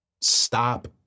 Stop